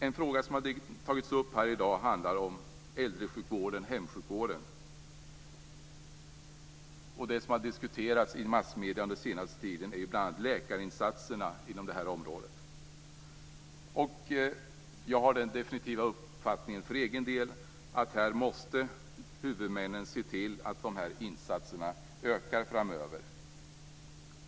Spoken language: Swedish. En fråga som har tagits upp här i dag handlar om äldresjukvården/hemsjukvården. Det som har diskuterats i massmedierna under den senaste tiden är bl.a. läkarinsatserna inom det här området. Jag har för egen del definitivt den uppfattningen att här måste huvudmännen se till att dessa insatser ökar framöver.